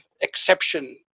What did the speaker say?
exception